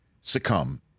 succumb